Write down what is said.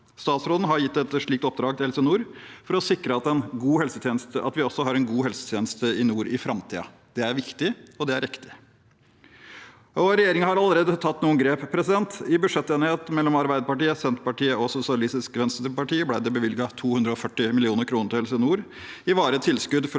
Statsråden har gitt et slikt oppdrag til Helse nord for å sikre at vi også har en god helsetjeneste i nord i framtiden. Det er viktig, og det er riktig. Regjeringen har allerede tatt noen grep. I budsjettenigheten mellom Arbeiderpartiet, Senterpartiet og Sosialistisk Venstreparti ble det bevilget 240 mill. kr til Helse nord i varige tilskudd for å